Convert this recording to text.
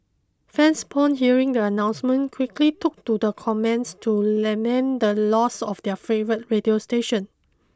fans upon hearing the announcement quickly took to the comments to lament the loss of their favourite radio station